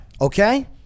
Okay